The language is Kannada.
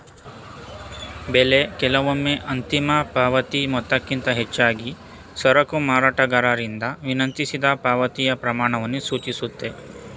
ಬೆಲೆ ಕೆಲವೊಮ್ಮೆ ಅಂತಿಮ ಪಾವತಿ ಮೊತ್ತಕ್ಕಿಂತ ಹೆಚ್ಚಾಗಿ ಸರಕು ಮಾರಾಟಗಾರರಿಂದ ವಿನಂತಿಸಿದ ಪಾವತಿಯ ಪ್ರಮಾಣವನ್ನು ಸೂಚಿಸುತ್ತೆ